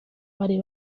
bari